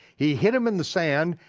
he hid him in the sand,